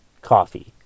coffee